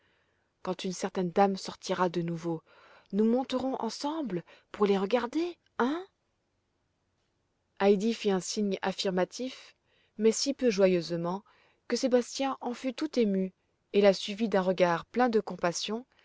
quand une certaine dame sortira de nouveau nous monterons ensemble pour les regarder hein heidi fit un signe affirmatif mais si peu joyeusement que sébastien en fut tout ému et la suivit d'un regard plein de compassion